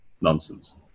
nonsense